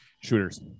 shooters